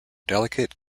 delicate